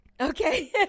Okay